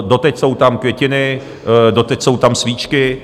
Doteď jsou tam květiny, doteď jsou tam svíčky.